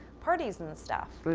parties and stuff?